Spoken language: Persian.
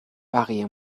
بقیه